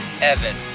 Evan